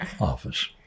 office